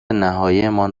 نهاییمان